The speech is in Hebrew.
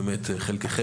חלקכם,